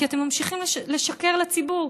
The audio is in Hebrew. כי אתם ממשיכים לשקר לציבור.